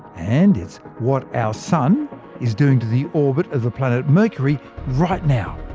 and it's what our sun is doing to the orbit of the planet mercury right now.